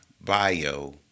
bio